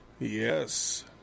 Yes